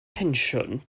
pensiwn